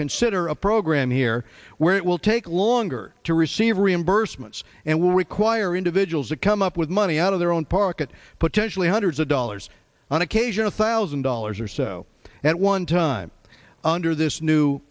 consider a program here where it will take longer to receive reimbursements and will require individuals to come up with money out of their own park and potentially hundreds of dollars on occasion a thousand dollars or so at one time under this new